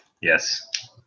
Yes